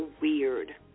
weird